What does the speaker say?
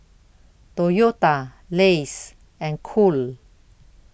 Toyota Lays and Cool